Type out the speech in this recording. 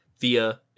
via